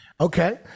Okay